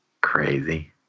crazy